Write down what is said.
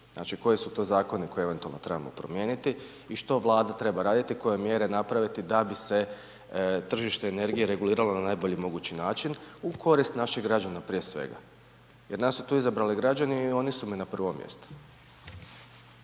koji su to zakoni koje eventualno trebamo promijeniti i što Vlada treba raditi, koje mjere napraviti da bi se tržište energije regulirano na najbolji mogući način u korist naših građana prije svega. Jer nas su tu izabrali građani oni su mi na prvom mjestu.